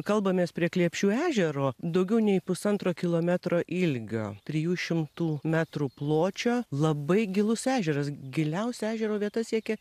kalbamės prie kliepšių ežero daugiau nei pusantro kilometro ilgio trijų šimtų metrų pločio labai gilus ežeras giliausia ežero vieta siekia